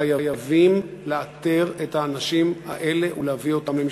חייבים לאתר את האנשים האלה ולהביא אותם למשפט.